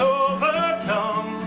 overcome